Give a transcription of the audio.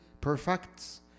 perfects